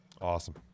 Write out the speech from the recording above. Awesome